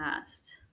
past